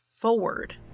forward